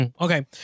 Okay